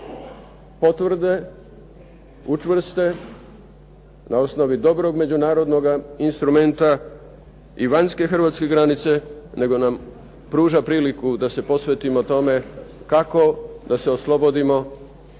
potvrde, učvrste na osnovi dobrog međunarodnog instrumenta i vanjske hrvatske granice, nego nam pruža priliku da se posvetimo tome kako da se oslobodimo